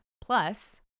plus